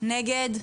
מי נגד?